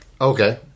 Okay